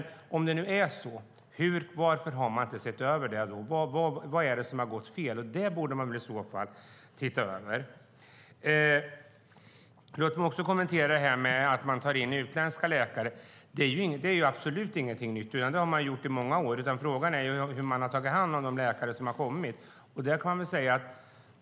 Varför har man inte sett över detta? Vad är det som har gått fel? Det borde man titta över. Låt mig också kommentera detta med att vi tar in utländska läkare. Det är absolut ingenting nytt, utan det har vi gjort i många år. Frågan är hur man har tagit hand om de läkare som har kommit.